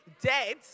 dead